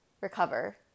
recover